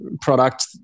product